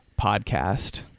podcast